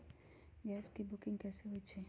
Gas के booking कैसे होईछई?